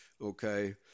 okay